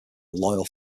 loyal